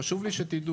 חשוב לי שתדעו.